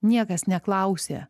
niekas neklausė